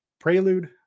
Prelude